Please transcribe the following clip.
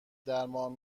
درمان